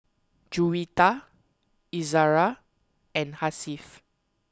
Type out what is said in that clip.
Juwita Izzara and Hasif